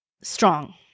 strong